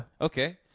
Okay